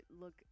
look